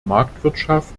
marktwirtschaft